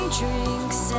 drinks